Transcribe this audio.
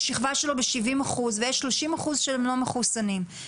השכבה שלו ב-70% ויש 30% שהם לא מחוסנים,